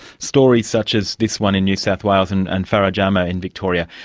stories such as this one in new south wales and and farah jama in victoria,